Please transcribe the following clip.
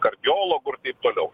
kardiologu ir toliau